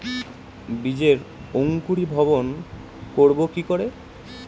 বীজের অঙ্কুরিভবন করব কি করে?